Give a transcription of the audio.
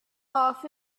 off